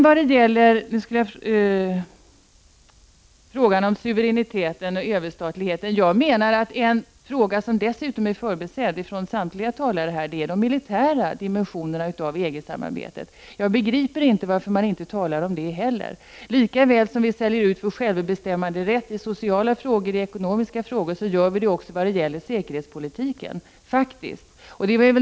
Vad sedan gäller frågan om suveräniteten och överstatligheten menar jag att en fråga som är förbisedd av samtliga talare här är de militära dimensionerna av EG-samarbetet. Jag begriper inte varför man inte talar om det heller. Lika väl som vi säljer ut vår självbestämmanderätt i sociala och ekonomiska frågor gör vi det faktiskt också vad gäller säkerhetspolitiken.